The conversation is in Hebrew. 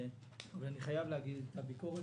אבל אני חייב להגיד את הביקורת,